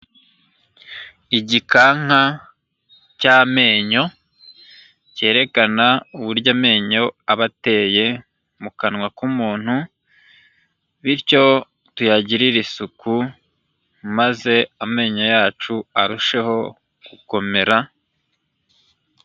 Igikanka cy'amenyo cyerekana uburyo amenyo aba ateye mu kanwa k'umuntu, bityo tuyagirire isuku maze amenyo yacu arusheho gukomera.